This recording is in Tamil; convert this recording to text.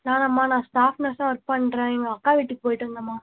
நானாம்மா நான் ஸ்டாஃப் நர்ஸ்சாக ஒர்க் பண்ணுறேன் எங்கள் அக்கா வீட்டுக்கு போய்விட்டு வந்தேன்மா